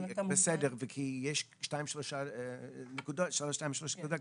בסדר, כי יש שתיים שלוש נקודות נוספות.